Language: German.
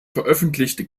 veröffentlichte